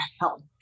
help